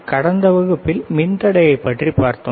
கடந்த வகுப்பில் மின்தடையை பற்றிப் பார்த்தோம்